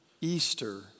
Easter